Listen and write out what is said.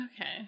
Okay